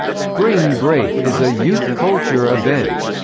spring break is a youth culture event,